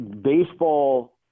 baseball –